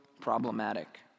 problematic